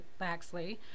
Baxley